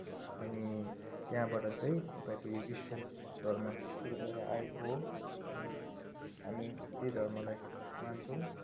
अनि त्यहाँबाट चाहिँ तपाईँको यो क्रिस्टियन धर्म सुरु भएर आएको हो अनि हामी त्यही धर्मलाई मान्छौँ